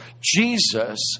Jesus